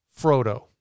Frodo